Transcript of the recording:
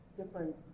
different